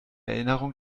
erinnerung